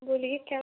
बोलिए क्या